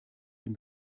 dem